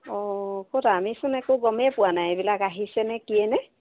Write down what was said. অঁ ক'তা আমিচোন একো গমেই পোৱা নাই এইবিলাক আহিছে নে কিয়ে নে